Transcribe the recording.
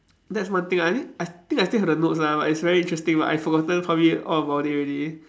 that's one thing I mean I think I still have the notes lah but it's very interesting but I forgotten probably all about it already